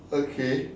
okay